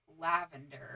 lavender